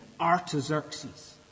Artaxerxes